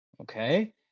Okay